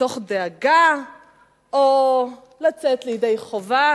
מתוך דאגה או לצאת ידי חובה?